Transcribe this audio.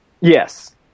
Yes